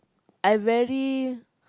I very